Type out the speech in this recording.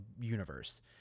universe